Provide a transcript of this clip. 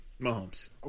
Mahomes